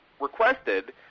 requested